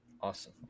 Awesome